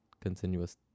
continuous